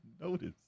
notice